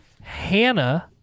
Hannah